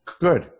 Good